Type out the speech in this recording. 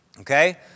okay